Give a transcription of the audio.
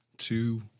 two